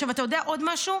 עכשיו, אתה יודע עוד משהו?